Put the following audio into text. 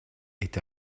est